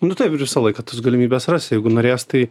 nu taip ir visą laiką tas galimybes ras jeigu norės tai